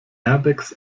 airbags